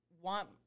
want